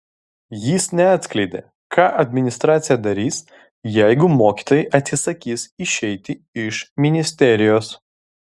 jis neatskleidė ką administracija darys jeigu mokytojai atsisakys išeiti iš ministerijos